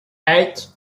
eight